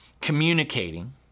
communicating